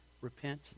repent